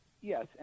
Yes